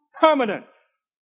permanence